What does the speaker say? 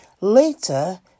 Later